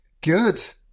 Good